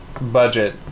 budget